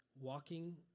walking